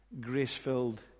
grace-filled